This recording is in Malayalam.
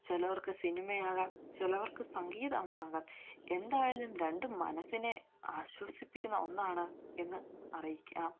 ചിലവർക്ക് സിനിമയാകാം ചിലവർക്ക് സംഗീതവുമാകാം എന്തായാലും രണ്ടും മനസ്സിനെ ആശ്വസിപ്പിക്കുന്ന ഒന്നാണ് എന്ന് അറിയിക്കാം